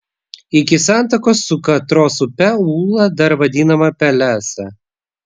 iki santakos su katros upe ūla dar vadinama pelesa